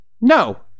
no